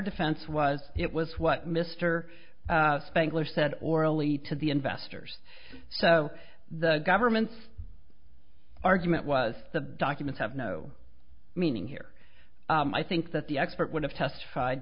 defense was it was what mr spangler said orally to the investors so the government's argument was the documents have no meaning here i think that the expert would have testified